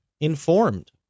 informed